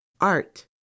Art